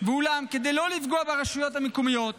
ואולם כדי לא לפגוע ברשויות המקומיות,